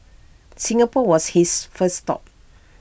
Singapore was his first stop